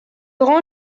rend